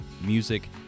music